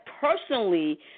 personally